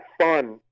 fun